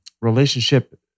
relationship